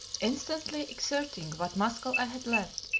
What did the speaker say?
instantly exerting what muscle i had left,